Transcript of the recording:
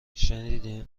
شنیدی